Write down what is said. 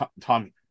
Tommy